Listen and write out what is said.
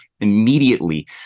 immediately